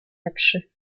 lepszy